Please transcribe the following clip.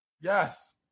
Yes